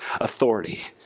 authority